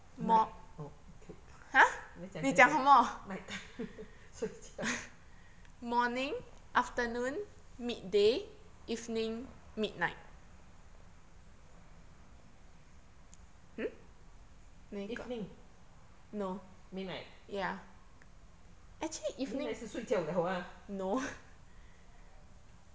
night oh okay 你在讲什么 night time 睡觉 evening midnight ah midnight 是睡觉了啊